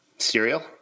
Cereal